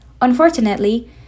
Unfortunately